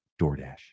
DoorDash